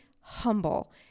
humble